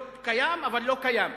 להיות קיים אבל לא קיים?